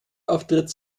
auftritt